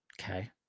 okay